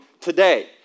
today